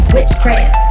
Witchcraft